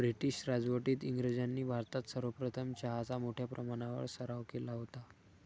British राजवटीत इंग्रजांनी भारतात सर्वप्रथम चहाचा मोठ्या प्रमाणावर सराव केला होता